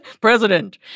President